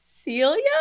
Celia